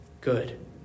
good